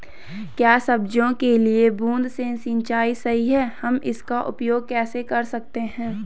क्या सब्जियों के लिए बूँद से सिंचाई सही है हम इसका उपयोग कैसे कर सकते हैं?